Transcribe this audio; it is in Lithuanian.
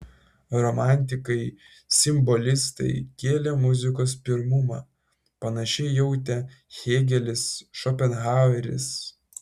romantikai simbolistai kėlė muzikos pirmumą panašiai jautė hėgelis šopenhaueris